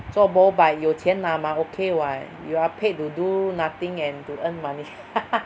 做 bo but 有钱拿 mah okay [what] you are paid to do nothing and to earn money